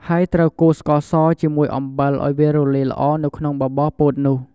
ហើយត្រូវកូរស្ករស ជាមួយអំបិលឱ្យវារលាយល្អនៅក្នុងបបរពោតនោះ។